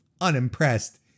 unimpressed